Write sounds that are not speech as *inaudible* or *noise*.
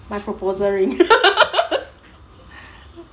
my proposal ring *laughs*